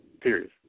period